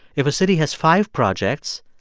if a city has five projects,